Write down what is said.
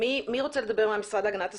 מי רצה לדבר מן המשרד להגנת הסביבה?